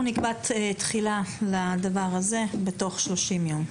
אנחנו נקבע תחילה לדבר הזה בתוך 30 יום.